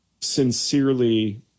sincerely